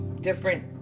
different